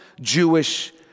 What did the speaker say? Jewish